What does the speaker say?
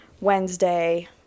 Wednesday